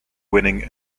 winning